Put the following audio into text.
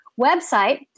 website